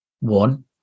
One